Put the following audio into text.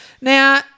Now